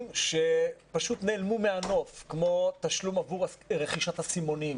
שפשוט נעלמו מהנוף כמו תשלום עבור רכישת אסימונים?